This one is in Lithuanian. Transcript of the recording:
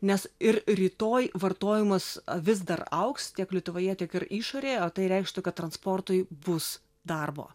nes ir rytoj vartojimas vis dar augs tiek lietuvoje tiek ir išorėje o tai reikštų kad transportui bus darbo